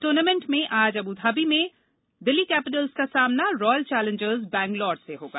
tournament में आज Abu Dhabi में दिल्ली कैपिटल्सब का सामना रॉयल चैलेंजर्स बैंगलोर से होगा